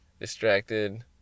distracted